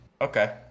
Okay